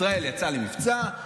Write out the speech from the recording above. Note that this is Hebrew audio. ישראל יצאה למבצע,